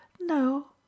No